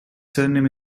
surname